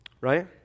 right